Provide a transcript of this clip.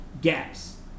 gaps